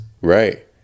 Right